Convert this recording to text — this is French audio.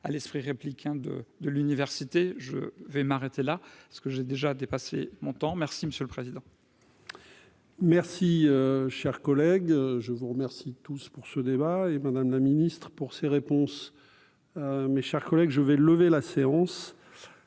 à l'esprit, réplique hein de de l'université, je vais m'arrêter là, ce que j'ai déjà dépassé mon temps, merci monsieur le président. Merci, chers collègues, je vous remercie tous pour ce débat, et Madame la Ministre, pour ses réponses, mes chers collègues, je vais lever la séance,